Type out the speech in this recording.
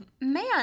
man